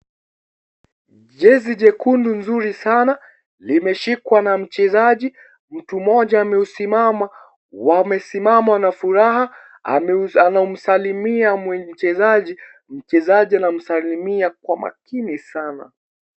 Jezi jekundu nzuri sana limeshikwa na mchezaji. Mtu mmoja ameusimama, wamesimama na furaha, anamsalimia mchezaji, mchezaji anamsalimia Kwa makini Sana.